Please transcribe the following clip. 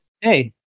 Hey